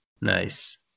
Nice